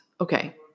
Okay